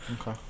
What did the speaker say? Okay